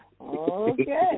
okay